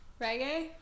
Reggae